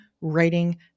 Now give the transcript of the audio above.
writing